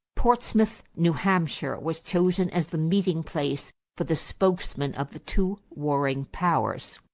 portsmouth, new hampshire, was chosen as the meeting place for the spokesmen of the two warring powers.